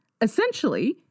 Essentially